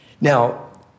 Now